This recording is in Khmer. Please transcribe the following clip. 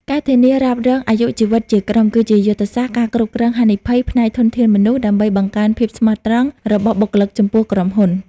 ការធានារ៉ាប់រងអាយុជីវិតជាក្រុម គឺជាយុទ្ធសាស្ត្រ ការគ្រប់គ្រងហានិភ័យ ផ្នែកធនធានមនុស្ស ដើម្បីបង្កើនភាពស្មោះត្រង់របស់បុគ្គលិកចំពោះក្រុមហ៊ុន។